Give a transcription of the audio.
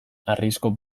harrizko